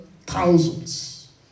thousands